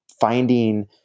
finding